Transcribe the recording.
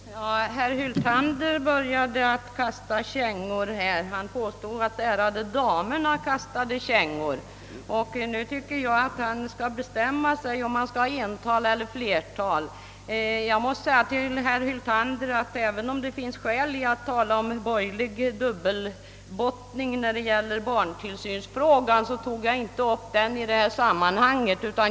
Herr talman! Herr Hyltander började ge kängor här. Han påstod att damerna gav kängor. Nu tycker jag att han skall bestämma sig om han skall ha ental eller flertal. Även om det finns anledning att tala om borgerlig dubbelbottning i frågan om barntillsynen, så tog jag inte upp den saken i detta sammanhang.